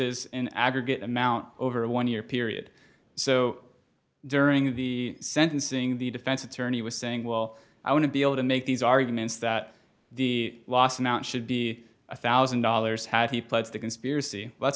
is an aggregate amount over a one year period so during the sentencing the defense attorney was saying well i want to be able to make these arguments that the last mount should be one thousand dollars had he pled to the conspiracy